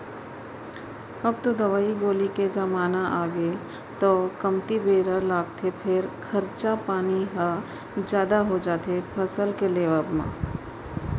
अब तो दवई गोली के जमाना आगे तौ कमती बेरा लागथे फेर खरचा पानी ह जादा हो जाथे फसल के लेवब म